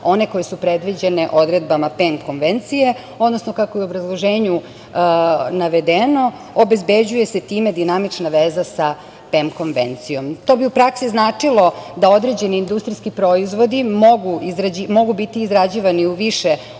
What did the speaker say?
one koje su predviđene odredbama PEM Konvencije, odnosno kako je u obrazloženju navedeno, obezbeđuje se time dinamična veza sa PEM Konvencijom. To bi u praksi značilo da određeni industrijski proizvodi mogu biti izrađivani u više